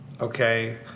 okay